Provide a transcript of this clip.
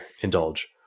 indulge